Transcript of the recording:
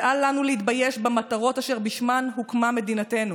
ואל לנו להתבייש במטרות אשר בשמן הוקמה מדינתנו: